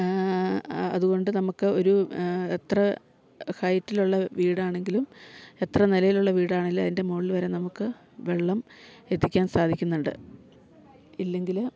അതുകൊണ്ട് നമുക്ക് ഒരു എത്ര ഹൈറ്റിലുള്ള വീടാണെങ്കിലും എത്ര നിലയിലുള്ള വീടാണേലും അതിൻ്റെ മുകളിൽ വരെ നമുക്ക് വെള്ളം എത്തിക്കാൻ സാധിക്കുന്നുണ്ട് ഇല്ലെങ്കില്